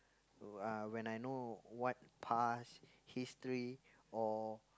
uh when I know what past history or